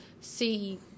see